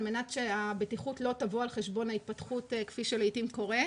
על מנת שהבטיחות לא תבוא על חשבון ההתפתחות כפי שלעיתים קורה.